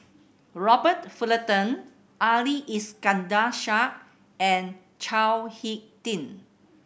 Robert Fullerton Ali Iskandar Shah and Chao Hick Tin